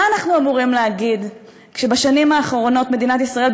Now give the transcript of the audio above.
מה אנחנו אמורים להגיד כשבשנים האחרונות מדינת ישראל,